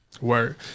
word